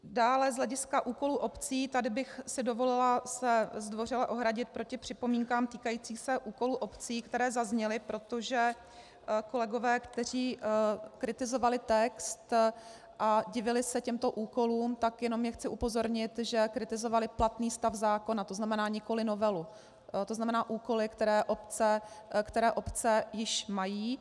Dále z hlediska úkolů obcí, tady bych si dovolila se zdvořile ohradit proti připomínkám týkajícím se úkolů obcí, které zazněly, protože kolegové, kteří kritizovali text a divili se těmto úkolům, tak je chci jenom upozornit, že kritizovali platný stav zákona, tzn. nikoli novelu, tzn. úkoly, které obce již mají.